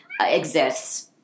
exists